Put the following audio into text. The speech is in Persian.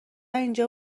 اینجا